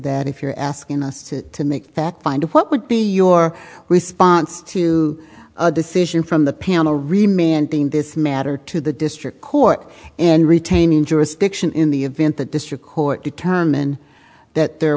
that if you're asking us to to make that find what would be your response to a decision from the piano remain in this matter to the district court and retaining jurisdiction in the event the district court determined that there